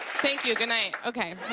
thank you, good night, okay.